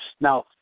Now